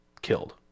killed